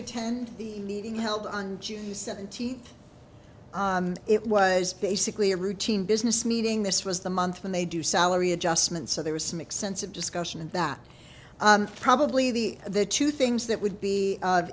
attend the meeting held on june seventeenth it was basically a routine business meeting this was the month when they do salary adjustments so there was some extensive discussion and that probably the the two things that would be of